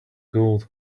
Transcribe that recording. gold